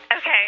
Okay